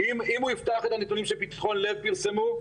אם הוא יפתח את הנתונים שפתחון לב פרסמו,